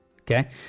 Okay